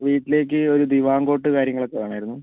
വീട്ടിലേക്ക് ഒരു divan cot കാര്യങ്ങളൊക്കെ വേണമായിരുന്നു